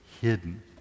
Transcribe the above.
hidden